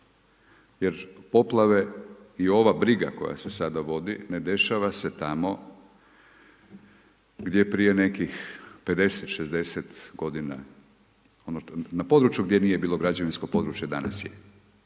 jer poplave i ova briga koja se sada vodi ne dešava se tamo gdje prije nekih 50, 60 godina, na području gdje nije bilo građevinsko područje danas je,